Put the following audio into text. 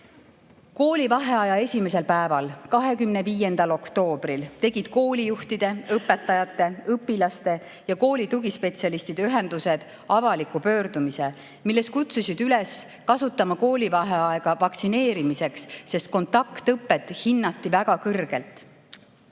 Koolivaheaja esimesel päeval, 25. oktoobril tegid koolijuhtide, õpetajate, õpilaste ja kooli tugispetsialistide ühendused avaliku pöördumise, milles kutsusid üles kasutama koolivaheaega vaktsineerimiseks, sest kontaktõpet hinnati väga kõrgelt.